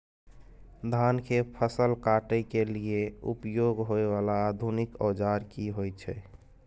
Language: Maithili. धान के फसल काटय के लिए उपयोग होय वाला आधुनिक औजार की होय छै?